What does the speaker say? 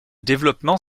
développement